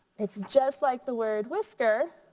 it's just like the word whisker,